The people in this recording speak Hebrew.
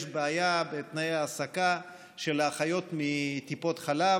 יש בעיה בתנאי ההעסקה של אחיות מטיפות חלב,